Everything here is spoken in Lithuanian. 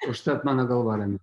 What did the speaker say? užtat mano galva rami